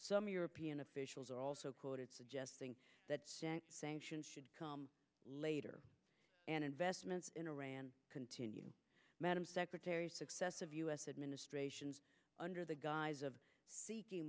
some european officials are also quoted suggesting that sanctions sanctions should come later and investments in iran continue madam secretary success of u s administrations under the guise of seeking